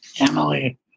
Emily